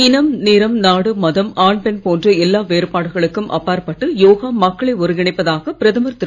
இனம் நிறம் நாடு மதம் ஆண் பெண் போன்ற எல்லா வேறுபாடுகளுக்கும் மக்களை ஒருங்கிணைப்பதாக பிரதமர் திரு